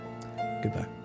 Goodbye